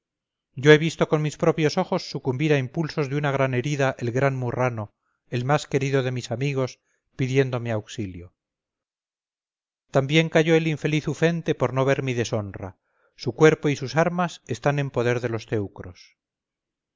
yo he visto con mis propios ojos sucumbir a impulsos de una gran herida el gran murrano el más querido de mis amigos pidiéndome auxilio también cayó el infeliz ufente por no ver mi deshonra su cuerpo y sus armas están en poder de los teucros